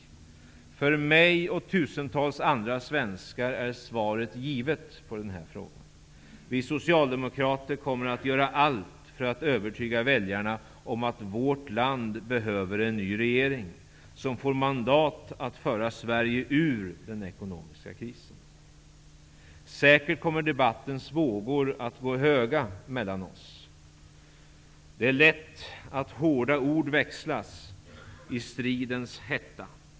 För mig och tusentals andra svenskar är svaren på de här frågorna givna. Vi socialdemokrater kommer att göra allt för att övertyga väljarna om att vårt land behöver en ny regering som får mandat att föra Sverige ur den ekonomiska krisen. Säkert kommer debattens vågor att gå höga mellan oss. Det är lätt att hårda ord växlas i stridens hetta.